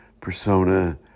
persona